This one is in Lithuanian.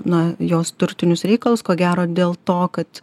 na jos turtinius reikalus ko gero dėl to kad